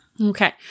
Okay